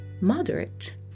Moderate